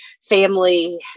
family